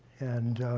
and